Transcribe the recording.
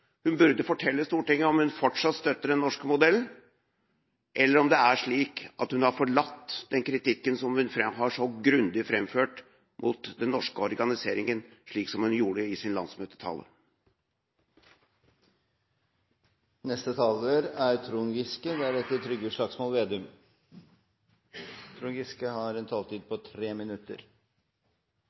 Hun burde fortelle Stortinget om hun fortsatt støtter den norske modellen, eller om hun har forlatt den kritikken som hun så grundig har framført mot den norske organiseringa, slik som hun gjorde i sin landsmøtetale. En slik finansdebatt går gjerne etter forventede spor, men likevel dukker det opp interessante avklaringer. Den ene interessante avklaringen er Høyres syn på